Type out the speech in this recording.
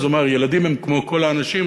אז הוא אמר: ילדים הם כמו כל האנשים,